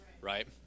Right